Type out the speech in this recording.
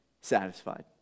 satisfied